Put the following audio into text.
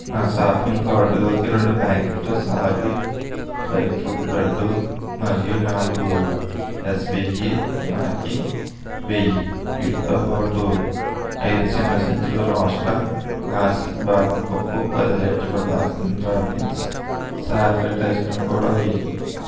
నా షాపింగ్ కార్టులోకి రెండు ప్యాకెట్లు సాత్విక్ డ్రై ఫ్రూట్ లడ్డూ మరియు నాలుగు ఎస్బిఇ రాఖీ వెయ్యి వీటితో బాటు ఐదు చిన్న సంచులు రోస్టా క్లాసిక్ బాదం పప్పు పది లీటర్లు Baskin Robbins chocolate ice cream కూడా వెయ్యి